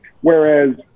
Whereas